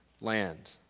land